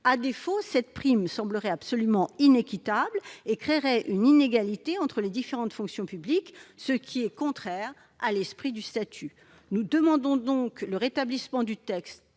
À défaut, cette prime semblerait absolument inéquitable et créerait une inégalité entre les différentes fonctions publiques, ce qui est contraire à l'esprit du statut. Mes chers collègues, nous demandons, en conséquence, le rétablissement du texte